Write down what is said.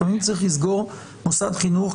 לפעמים צריך לסגור מוסד חינוך,